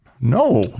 no